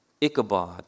Ichabod